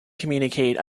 communicate